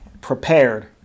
prepared